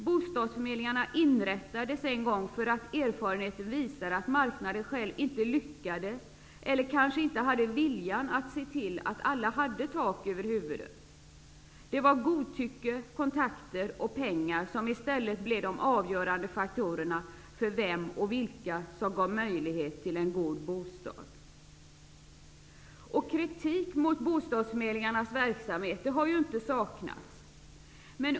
Bostadsförmedlingarna inrättades en gång för att erfarenheten visade att marknaden själv inte lyckades eller kanske inte hade viljan att se till att alla hade tak över huvudet. Det var godtycke, kontakter och pengar som i stället blev de avgörande faktorerna för vem och vilka som gavs möjlighet till en god bostad. Kritik mot bostadsförmedlingarnas verksamhet har inte saknats.